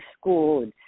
school